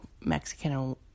Mexican